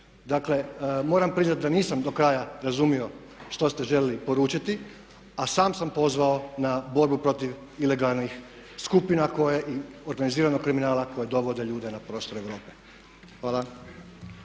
Dakle, moram priznati da nisam do kraja razumio što ste željeli poručiti a sam sam pozvao na borbu protiv ilegalnih skupina organiziranog kriminala koji dovode ljude na prostor Europe. Hvala.